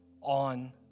on